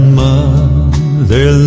mother